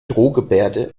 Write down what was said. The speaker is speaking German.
drohgebärde